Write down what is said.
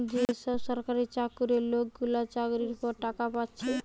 যে সব সরকারি চাকুরে লোকগুলা চাকরির পর টাকা পাচ্ছে